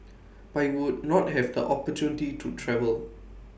but would not have the opportunity to travel